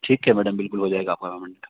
ठीक है मैडम बिल्कुल हो जाएगा आपका काम